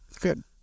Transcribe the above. Good